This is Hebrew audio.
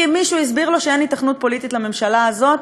כי מישהו הסביר לו שאין היתכנות פוליטית לממשלה הזאת